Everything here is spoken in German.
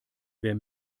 wer